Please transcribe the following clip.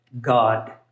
God